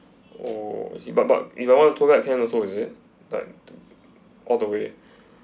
oh is it but but if I want tour guide can also is it like to all the way